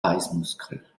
beißmuskel